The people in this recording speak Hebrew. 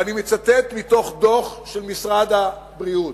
ואני מצטט מתוך דוח של משרד הבריאות: